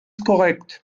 korrekt